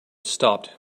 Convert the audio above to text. stopped